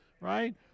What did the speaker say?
Right